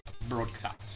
broadcast